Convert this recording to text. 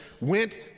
went